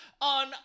on